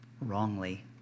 wrongly